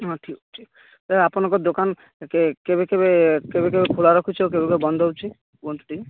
ହଁ ଠିକ୍ ଠିକ୍ ଅଛି ଆଉ ଆପଣଙ୍କ ଦୋକାନ କେବେ କେବେ କେବେ କେବେ ଖୋଲା ରଖୁଛ କେବେ କେବେ ବନ୍ଦ ହେଉଛି କୁହନ୍ତୁ ଟିକେ